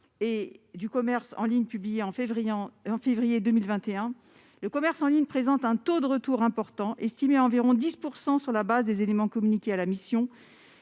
des finances, publié en février 2021, « le commerce en ligne présente un taux de retour important, estimé à environ 10 % sur la base des éléments communiqués à la mission